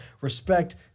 Respect